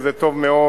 וזה טוב מאוד,